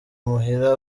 muhira